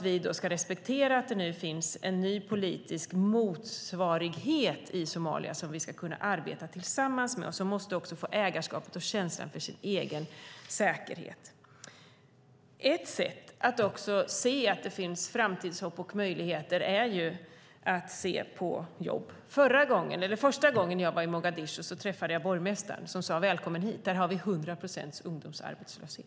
Vi ska respektera att det nu finns en ny politisk motsvarighet i Somalia som vi ska kunna arbeta tillsammans med och som måste få ägarskapet och känslan för sin egen säkerhet. Ett sätt att se att det finns framtidshopp och möjligheter är att titta på jobb. Första gången jag var i Mogadishu träffade jag borgmästaren, som sade: Välkommen hit! Här har vi hundra procents ungdomsarbetslöshet.